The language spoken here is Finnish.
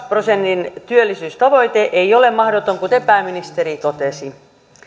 prosentin työllisyystavoite ei ole mahdoton kuten pääministeri totesi